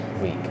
week